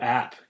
app